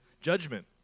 judgment